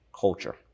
culture